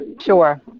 Sure